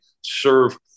serve